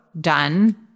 done